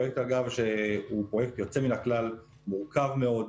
שהוא אגב פרויקט יוצא מן הכלל, מורכב מאוד,